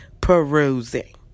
perusing